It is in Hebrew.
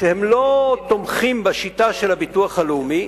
שהם לא תומכים בשיטה של הביטוח הלאומי,